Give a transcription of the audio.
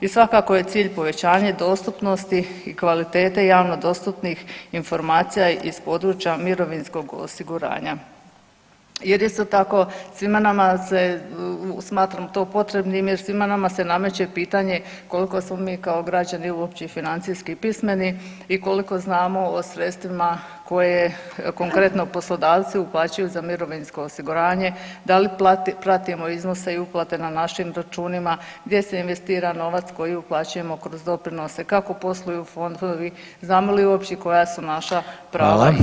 I svakako je cilj povećanje dostupnosti i kvalitete javno dostupnih informacija iz područja mirovinskog osiguranja jer isto tako svima nama se smatram to potrebnim jer svima nama se nameće pitanje koliko smo mi kao građani uopće i financijski pismeni i koliko znamo o sredstvima koje konkretno poslodavci uplaćuju za mirovinsko osiguranje, da li pratimo iznose i uplate na našim računima, gdje se investira novac koji uplaćujemo kroz doprinose, kako posluju fondovi, znamo li uopće koja su naša prava [[Upadica: Hvala.]] i obveze.